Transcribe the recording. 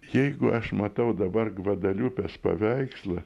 jeigu aš matau dabar gvadeliupės paveikslą